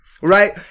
right